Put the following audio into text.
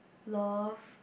love